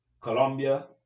colombia